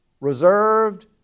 Reserved